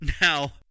Now